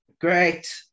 Great